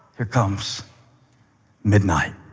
there comes midnight.